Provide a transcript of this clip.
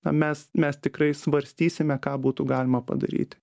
na mes mes tikrai svarstysime ką būtų galima padaryti